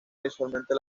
visualmente